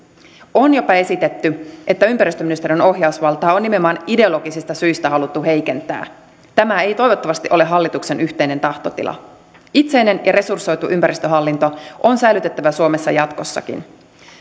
on jopa esitetty että ympäristöministeriön ohjausvaltaa on nimenomaan ideologisista syistä haluttu heikentää tämä ei toivottavasti ole hallituksen yhteinen tahtotila itsenäinen ja resursoitu ympäristöhallinto on säilytettävä suomessa jatkossakin